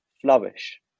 flourish